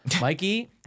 Mikey